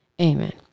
amen